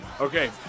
Okay